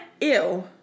ew